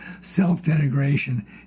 self-denigration